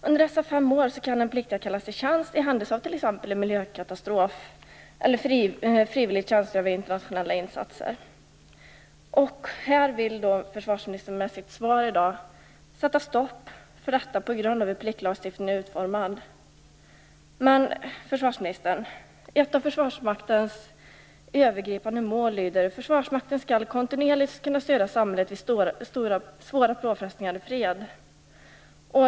Under dessa fem år kan den pliktige kallas till tjänst i händelse av t.ex. en miljökatastrof eller frivilligt tjänstgöra vid internationella insatser. Försvarsministern vill med sitt svar i dag sätta stopp för detta på grund av pliktlagstiftningens utformning. Men ett av Försvarsmaktens övergripande mål är ju att kontinuerligt kunna stödja samhället vid svåra påfrestningar i fred, försvarsministern.